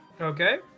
Okay